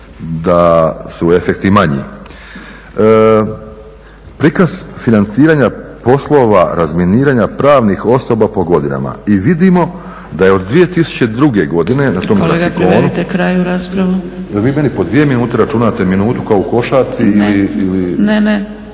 da su efekti manji. Prikaz financiranja poslova razminiranja pravnih osoba po godinama, i vidimo da je od 2002. godine na tom grafikonu … /Upadica Zgrebec: Kolega privedite kraju raspravu./… Jel vi meni po dvije minute računate minutu kao u košarci ili? …